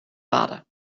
lade